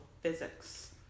physics